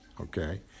okay